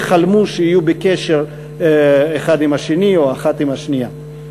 חלמו שיהיו בקשר האחד עם השני או האחת עם השנייה.